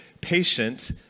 patient